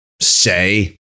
say